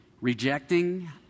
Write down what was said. rejecting